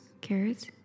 Carrots